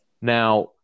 Now